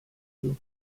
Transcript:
two